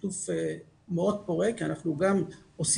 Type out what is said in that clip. שיתוף מאוד פורה כי אנחנו גם עושים